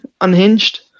unhinged